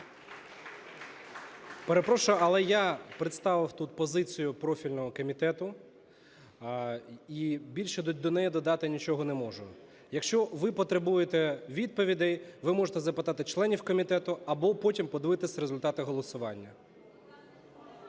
Перепрошую, але я представив тут позицію профільного комітету і більше до неї додати нічого не можу. Якщо ви потребуєте відповідей, ви можете запитати членів комітету або потім подивитися результати голосування.